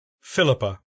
Philippa